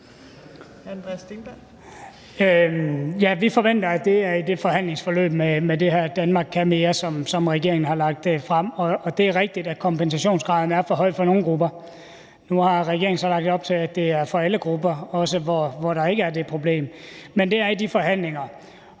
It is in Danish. vi forventer, at det er i forhandlingsforløbet i forbindelse med det her »Danmark kan mere I«, som regeringen har lagt frem, og det er rigtigt, at kompensationsgraden er for høj for nogle grupper. Nu har regeringen så lagt op til, at det er for alle grupper, også hvor der ikke er det problem. Men det er i de forhandlinger.